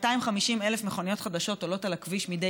כ-250,000 מכוניות חדשות עולות על הכביש מדי